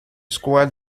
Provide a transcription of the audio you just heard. square